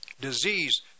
Disease